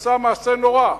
שעשה מעשה נורא,